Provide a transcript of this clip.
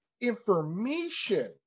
information